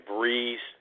Breeze